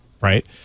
Right